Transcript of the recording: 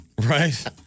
Right